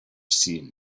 seen